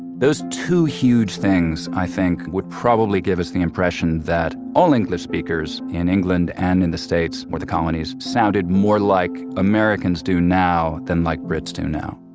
those two huge things i think would probably give us the impression that all english speakers in england and in the states or the colonies sounded more like americans do now than like brits do now